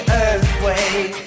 earthquake